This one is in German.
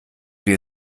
wir